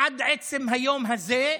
עד עצם היום הזה.